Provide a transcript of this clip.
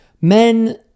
Men